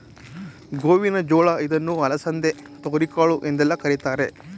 ಗೋವಿನ ಜೋಳ ಇದನ್ನು ಅಲಸಂದೆ, ತೊಗರಿಕಾಳು ಎಂದೆಲ್ಲ ಕರಿತಾರೆ